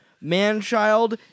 man-child